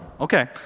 okay